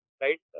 right